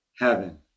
heaven